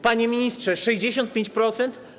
Panie ministrze, 65%?